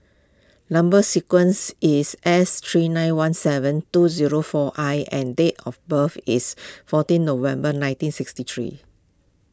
Number Sequence is S three nine one seven two zero four I and date of birth is fourteen November nineteen sixty three